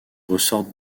ressortent